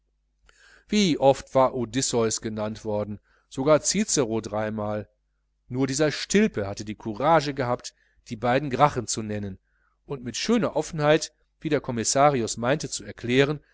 wie oft war odysseus genannt worden sogar cicero dreimal nur dieser stilpe hatte die kurasche gehabt die beiden gracchen zu nennen und mit schöner offenheit wie der commissarius meinte zu erklären